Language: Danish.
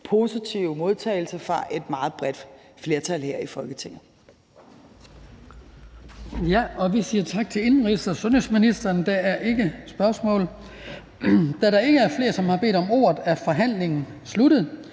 positive modtagelse fra et meget bredt flertal her i Folketinget.